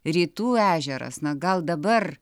rytų ežeras na gal dabar